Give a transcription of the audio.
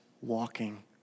walking